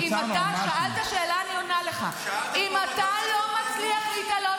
-- אם אתה לא מצליח להתעלות